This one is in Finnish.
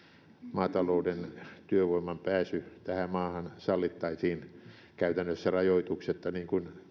maatalouden työvoiman pääsy tähän maahan sallittaisiin käytännössä rajoituksetta niin kuin